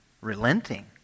Relenting